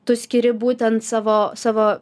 tu skiri būtent savo savo